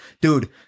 dude